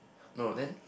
no then